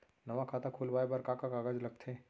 नवा खाता खुलवाए बर का का कागज लगथे?